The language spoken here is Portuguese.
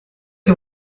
que